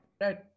Right